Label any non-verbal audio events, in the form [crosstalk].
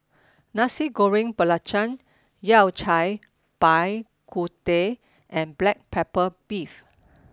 [noise] Nasi Goreng Belacan Yao Cai Bak Kut Teh and Black Pepper Beef